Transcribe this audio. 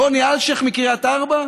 רוני אלשיך מקריית ארבע?